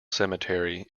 cemetery